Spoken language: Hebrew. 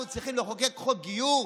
אנחנו צריכים לחוקק חוק גיור,